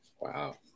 Wow